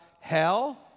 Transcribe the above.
hell